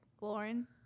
Lauren